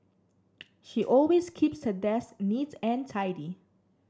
she always keeps her desk neat and tidy